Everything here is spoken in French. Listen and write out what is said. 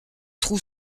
trou